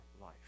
life